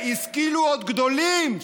והשכילו עוד גדולים,